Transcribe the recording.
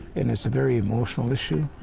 and it's a very emotional issue.